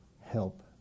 help